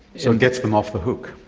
so it gets them off the hook.